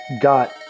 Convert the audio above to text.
got